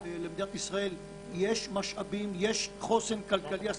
למדינת ישראל יש משאבים, יש חוסן כלכלי אסטרטגי.